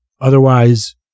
Otherwise